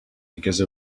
because